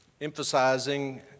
emphasizing